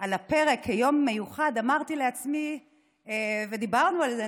על הפרק כיום מיוחד אמרתי לעצמי ודיברנו על זה,